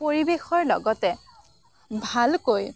পৰিৱেশৰ লগতে ভালকৈ